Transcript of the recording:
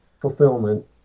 fulfillment